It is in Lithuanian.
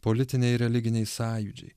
politiniai religiniai sąjūdžiai